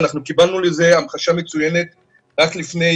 אנחנו קיבלנו לזה המחשה מצוינת רק לפני